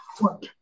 work